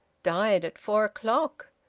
died at four o'clock.